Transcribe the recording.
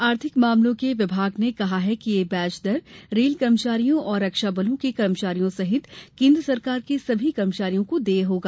आर्थिक मामलों के विभाग ने कहा है कि ये ब्याज दर रेल कर्मचारियों और रक्षा बलों के कर्मचारियों सहित केन्द्र सरकार के सभी कर्मचारियों को देय होगा